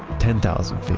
ten thousand feet,